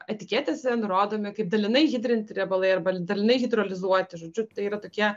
etiketėse nurodomi kaip dalinai hidrinti riebalai arba dalinai hidrolizuoti žodžiu tai yra tokie